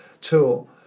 tool